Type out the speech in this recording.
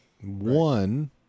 one